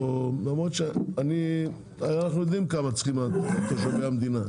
למרות שהרי אנחנו יודעים כמה צריכים תושבי המדינה,